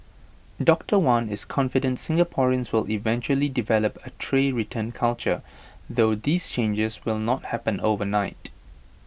doctor wan is confident Singaporeans will eventually develop A tray return culture though these changes will not happen overnight